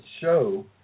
show